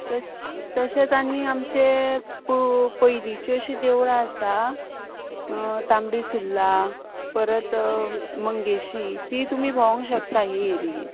तश तशेंच आनी आमचे खू पयलींचीं अशीं देवळां आसा तांबडी सुरला परत मंगेशी तीं तुमी भोंवोंक शकता ही एरियेत